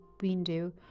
window